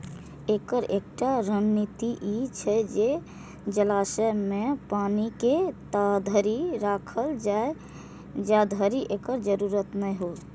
एकर एकटा रणनीति ई छै जे जलाशय मे पानि के ताधरि राखल जाए, जाधरि एकर जरूरत नै हो